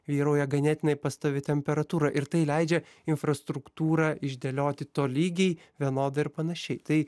vyrauja ganėtinai pastovi temperatūra ir tai leidžia infrastruktūrą išdėlioti tolygiai vienodai ir panašiai tai